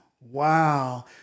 Wow